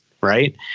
right